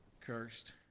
cursed